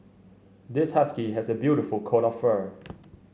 this husky has a beautiful coat of fur